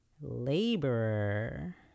laborer